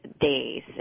days